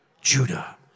Judah